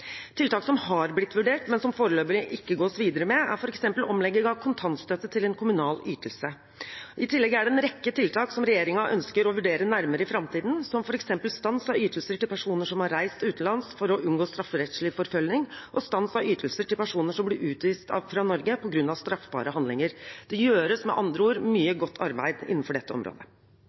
Tiltak som har blitt vurdert, men som det foreløpig ikke gås videre med, er f.eks. omlegging av kontantstøtte til en kommunal ytelse. I tillegg er det en rekke tiltak som regjeringen ønsker å vurdere nærmere i framtiden, som f.eks. stans av ytelser til personer som har reist utenlands for å unngå strafferettslig forfølgning, og stans av ytelser til personer som blir utvist fra Norge på grunn av straffbare handlinger. Det gjøres med andre ord mye godt arbeid innenfor dette området.